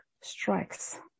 strikes